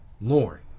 Lauren